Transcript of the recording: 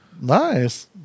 Nice